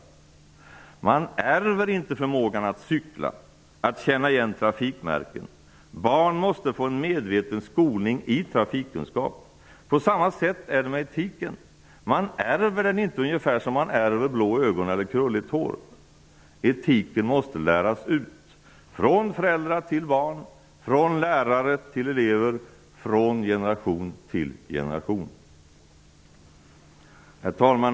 Man ärver inte förmågan att cykla eller att känna igen trafikmärken. Barn måste få en medveten skolning i trafikkunskap. På samma sätt är det med etiken. Man ärver den inte, ungefär som man ärver blå ögon eller krulligt hår. Etiken måste läras ut, från föräldrar till barn, från lärare till elever, från generation till generation. Herr talman!